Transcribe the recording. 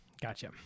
gotcha